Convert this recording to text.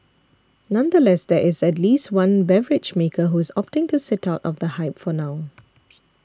nonetheless there is at least one beverage maker who is opting to sit out of the hype for now